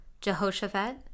Jehoshaphat